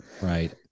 Right